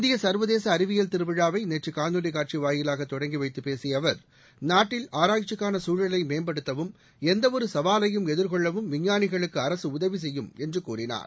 இந்திய சர்வதேச அறிவியல் திருவிழாவை நேற்று காணொலி காட்சி வாயிலாக தொடங்கி வைத்து பேசிய அவர் நாட்டில் ஆராய்ச்சிக்கான சூழலை மேம்படுத்தவும் எந்வொரு சவாலையும் எதிர்கொள்ளவும் விஞ்ஞானிகளுக்கு அரசு உதவி செய்யும் என்று கூறினார்